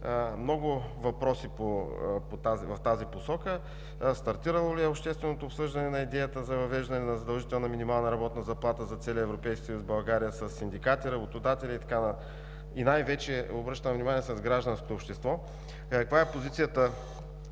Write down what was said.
много въпроси в тази посока: стартирало ли е общественото обсъждане на идеята за въвеждане на задължителна минимална работна заплата за целия Европейски съюз в България със синдикати, работодатели и най-вече – обръщам внимание, с гражданското общество? Каква е позицията,